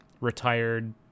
retired